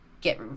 get